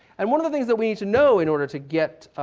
and one of the things that we need to know in order to get